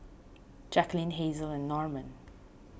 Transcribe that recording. Jaqueline Hazelle and Norman